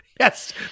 Yes